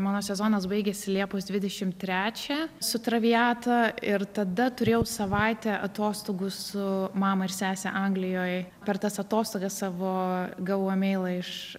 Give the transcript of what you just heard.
mano sezonas baigėsi liepos dvidešim trečią su traviata ir tada turėjau savaitę atostogų su mama ir sese anglijoj per tas atostogas savo gavau emeilą iš